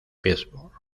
pittsburgh